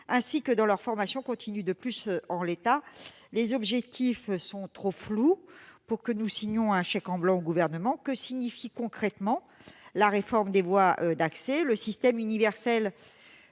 ainsi que dans leur formation continue. De plus, en l'état, les objectifs sont trop flous pour que nous signions un chèque en blanc au Gouvernement. Que signifie concrètement la réforme des voies d'accès ? Le système universel